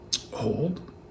Hold